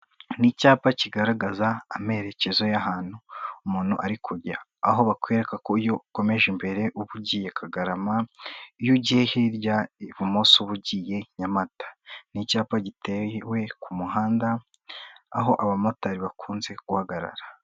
Ni icyapa kigaragaza amerekezo y'ahantu umuntu ari kujya, aho bakwereka ko iyo ukomeje imbere uba ugiye Kagarama, iyo ugiye hirya ibumoso uba ugiye i Nyamata. Ni icyapa gitewe ku muhanda, aho abamotari bakunze guhagarara.